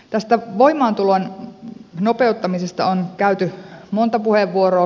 tästä voimaantulon nopeuttamisesta on käytetty monta puheenvuoroa